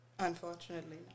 Unfortunately